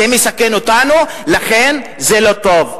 זה מסכן אותנו ולכן זה לא טוב.